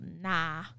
nah